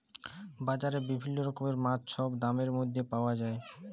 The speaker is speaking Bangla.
বাজারে বিভিল্ল্য রকমের মাছ ছব দামের ম্যধে পাউয়া যায়